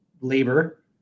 labor